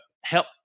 help